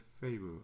favor